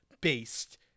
based